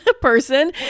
person